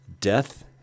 death